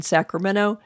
Sacramento